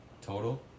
total